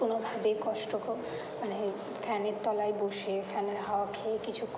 কোনোভাবেই কষ্ট মানে ফ্যানের তলায় বসে ফ্যানের হাওয়া খেয়ে কিছুক্ষণ